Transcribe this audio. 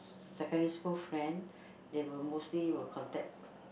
secondary school friend they will mostly will contact